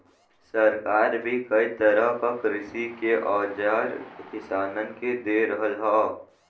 सरकार भी कई तरह क कृषि के औजार किसानन के दे रहल हौ